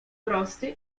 prosty